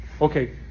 Okay